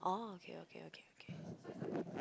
oh okay okay okay okay